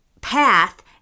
path